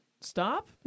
stop